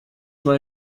mal